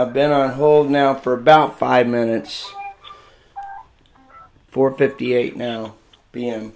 i've been on hold now for about five minutes for fifty eight know being